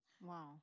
Wow